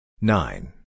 Nine